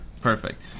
Perfect